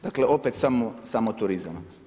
Dakle, opet samo turizam.